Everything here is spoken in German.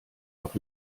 doch